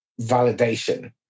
validation